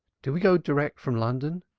do we go direct from london?